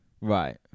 right